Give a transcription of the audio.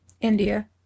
India